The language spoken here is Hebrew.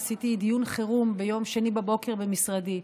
עשיתי דיון חירום ביום שני בבוקר במשרדי.